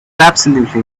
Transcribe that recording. absolutely